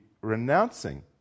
renouncing